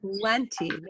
plenty